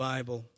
Bible